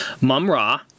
Mum-Ra